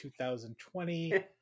2020